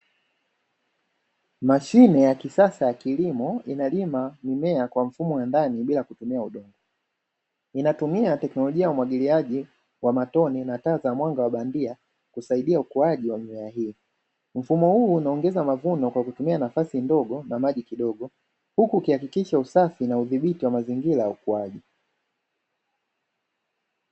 Mashine ya kisasa ya kilimo, inalima mimea kwa mfumo wa ndani bila kutumia udongo. Inatumia teknolojia umwagiliaji wa matone na taa za mwanga wa bandia, kusaidia ukuaji wa mimea hiyo. Mfumo huu unaongeza mavuno kwa kutumia nafasi ndogo na maji kidogo, huku ukihakikisha usafi na udhibiti wa mazingira ya ukuaji.